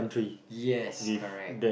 yes correct